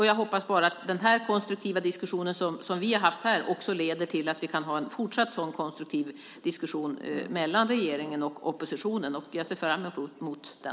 Jag hoppas att den konstruktiva diskussion som vi har haft här också leder till att vi kan ha en fortsatt sådan konstruktiv diskussion mellan regeringen och oppositionen. Jag ser fram emot den.